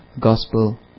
gospel